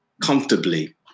comfortably